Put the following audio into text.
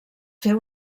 fer